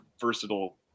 versatile